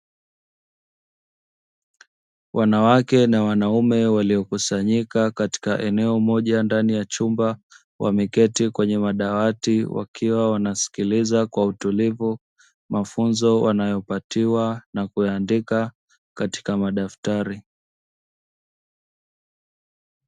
Wanawake na wanaume, waliokusanyika katika eneo moja ndani ya chumba, wameketi kwenye madawati wakiwa wakisikiliza kwa utulivu mafunzo wanayopatiwa na kuyaandika katika madaftari.